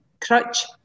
crutch